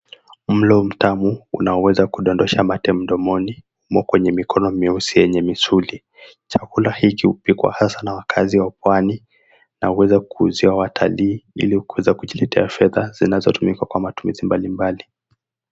Mlo mtamu unaoweza kudondosha mate mdomoni umo kwenye mikono myeusi yenye misuli. Chakula hiki hupikwa hasa na wakaazi wa pwani na huweza kuuzia watalii ili kuweza kujiletea fedha zinazotumika kwa matumizi mbalimbali.